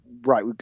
right